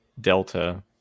Delta